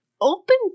open